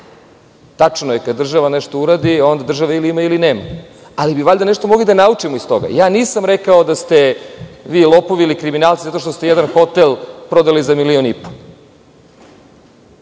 Tačno je da kada država nešto uradi, onda države ili ima ili nema, ali bi valjda nešto mogli da naučimo iz toga. Nisam rekao da ste vi lopovi ili kriminalci zato što ste jedan hotel prodali za milion i po.